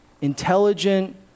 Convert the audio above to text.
intelligent